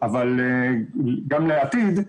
אבל גם לעתיד,